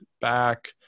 back